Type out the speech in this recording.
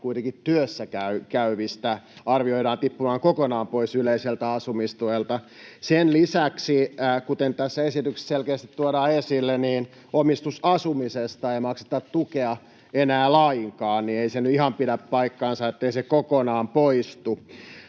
kolmasosan työssäkäyvistä arvioidaan tippuvan kokonaan pois yleiseltä asumistuelta. Sen lisäksi, kuten tässä esityksessä selkeästi tuodaan esille, omistusasumisesta ei makseta tukea enää lainkaan — niin ettei se nyt ihan pidä paikkaansa, ettei se kokonaan poistu.